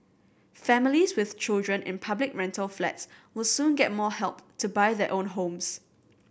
families with children in public rental flats will soon get more help to buy their own homes